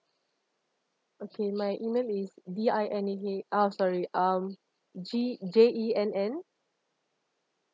okay my email is D I N A H uh sorry um G J E N N